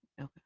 Okay